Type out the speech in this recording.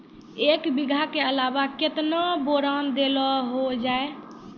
एक बीघा के अलावा केतना बोरान देलो हो जाए?